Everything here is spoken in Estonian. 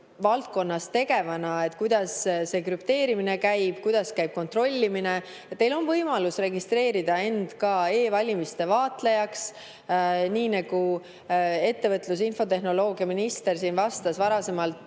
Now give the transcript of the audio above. IT‑valdkonnas tegevana, kuidas krüpteerimine käib, kuidas käib kontrollimine. Teil on võimalus registreerida end ka e-valimiste vaatlejaks. Nagu ettevõtlus‑ ja infotehnoloogiaminister siin enne küsimustele